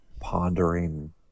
pondering